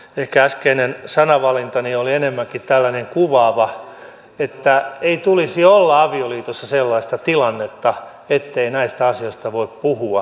ehkä äskeinen sanavalintani oli enemmänkin tällainen kuvaava että ei tulisi olla avioliitossa sellaista tilannetta ettei näistä asioista voi puhua